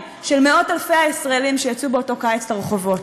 של מאות-אלפי הישראלים שיצאו באותו קיץ לרחובות.